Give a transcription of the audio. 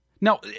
Now